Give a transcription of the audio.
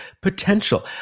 Potential